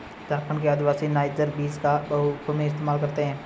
झारखंड के आदिवासी नाइजर बीज का बखूबी इस्तेमाल करते हैं